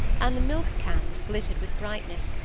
and the milk-cans glittered with brightness,